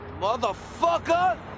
Motherfucker